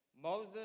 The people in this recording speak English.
Moses